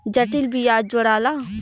जटिल बियाज जोड़ाला